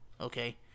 Okay